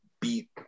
beat